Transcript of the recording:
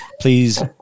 please